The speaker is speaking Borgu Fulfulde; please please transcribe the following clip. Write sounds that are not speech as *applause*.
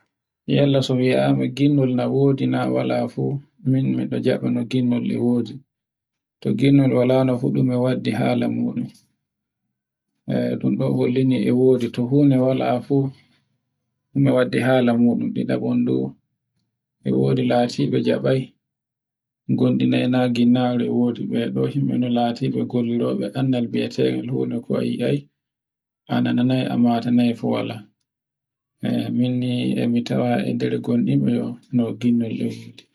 *noise* yalla to mi yi ama ginnol am wodi nawala fu mi miɗo jaɓa e ginnol e wodi. To ginnol wala no fu ɗume waddi hala muɗum. E ɗun ɗo hollini e wodi to huna wala fu, ɗume waddi hala muɗum. *noise* Ɗiɗabon du, e wodi latiɓe jaɓai gonɗi nayi na ginnaru e wodi be himɓe no laati ɓe gollobe annal mbietegal fu noko wa'i ai, a nanai a matanai fuwala. *noise* E minni e mi tawan e nder gonɗi no ginnol e wodi.